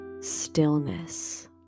stillness